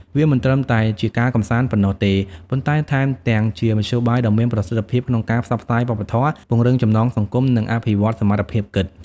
វាមិនត្រឹមតែជាការកម្សាន្តប៉ុណ្ណោះទេ ប៉ុន្តែថែមទាំងជាមធ្យោបាយដ៏មានប្រសិទ្ធភាពក្នុងការផ្សព្វផ្សាយវប្បធម៌ ពង្រឹងចំណងសង្គម និងអភិវឌ្ឍសមត្ថភាពគិត។